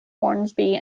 hornsby